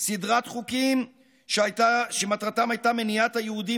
סדרת חוקים שמטרתם הייתה מניעת היהודים